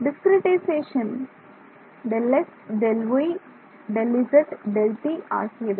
discretization Δx Δy Δz Δt ஆகியவை